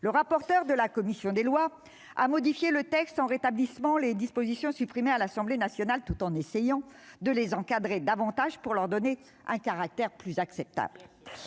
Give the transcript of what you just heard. Le rapporteur de la commission des lois a modifié le texte en rétablissant les dispositions supprimées à l'Assemblée nationale tout en essayant de les encadrer davantage pour leur donner un caractère plus acceptable.